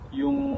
yung